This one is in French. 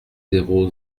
zéro